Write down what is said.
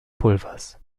pulvers